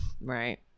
right